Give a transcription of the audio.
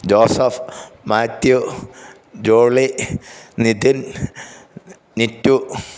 Joseph Mathew Jolly Nitin Nittu